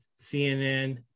CNN